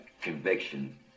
conviction